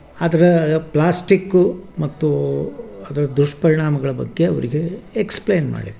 ಅದರ ಪ್ಲಾಸ್ಟಿಕ್ಕು ಮತ್ತು ಅದರ ದುಷ್ಪರಿಣಾಮಗಳ ಬಗ್ಗೆ ಅವರಿಗೆ ಎಕ್ಸ್ಪ್ಲೇನ್ ಮಾಡಿ